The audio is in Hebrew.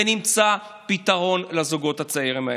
ונמצא פתרון לזוגות הצעירים האלה.